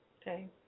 Okay